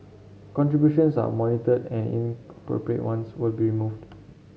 contributions are monitored and ones will be removed